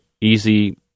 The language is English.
easy